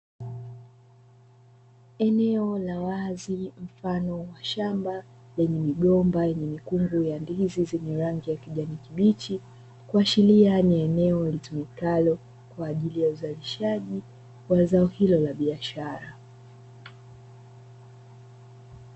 Eneo la wazi mfano wa shamba lenye mikungu ya ndizi zenye rangi ya kijani kibichi, kuashilia ni eneo ilitumikalo kwa ajili ya uzalishaji wa zao hilo la biashara.